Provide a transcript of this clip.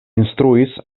instruis